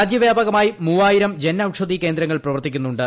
രാജ്യവ്യാപകമായി മൂവായിരം ജൻ ഔഷധി കേന്ദ്രങ്ങൾ പ്രവർത്തിക്കുന്നുണ്ട്